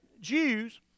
Jews